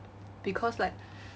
because like